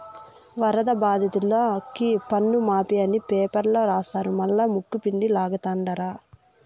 వరద బాధితులకి పన్నుమాఫీ అని పేపర్ల రాస్తారు మల్లా ముక్కుపిండి లాగతండారు